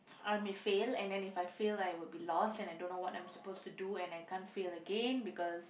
I may fail and then if I fail like I would be lost and I don't know what I'm supposed to do and I can't fail again because